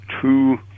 two